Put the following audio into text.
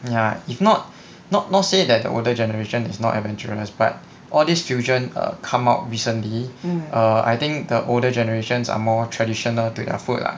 ya if not not not say that the older generation is not adventurous but all these children err come out recently err I think the older generations are more traditional to their food lah